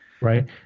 Right